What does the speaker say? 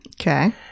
okay